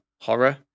horror